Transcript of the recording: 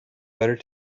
better